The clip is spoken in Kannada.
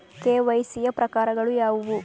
ಕೆ.ವೈ.ಸಿ ಯ ಪ್ರಕಾರಗಳು ಯಾವುವು?